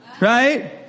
right